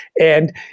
And-